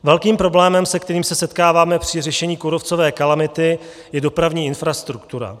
Velkým problémem, se kterým se setkáváme při řešení kůrovcové kalamity, je dopravní infrastruktura.